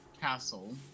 castle